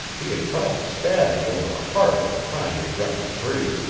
he had tried to stab me over the heart at the time he had wrenched free,